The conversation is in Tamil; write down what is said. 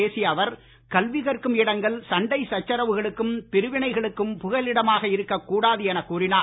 பேசிய அவர் கல்வி கற்கும் இடங்கள் சண்டை சச்சரவுகளுக்கும் பிரிவினைகளுக்கும் புகலிடமாக இருக்க கூடாது என கூறினார்